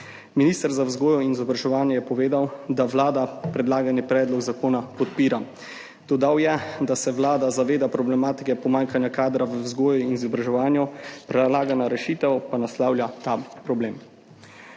Minister za vzgojo in izobraževanje je povedal, da Vlada predlagani predlog zakona podpira. Dodal je, da se Vlada zaveda problematike pomanjkanja kadra v vzgoji in izobraževanju, predlagana rešitev pa naslavlja ta problem.